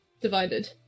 divided